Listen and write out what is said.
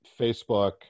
Facebook